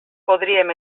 podríem